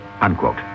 Unquote